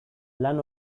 lan